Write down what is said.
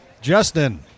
Justin